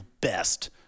best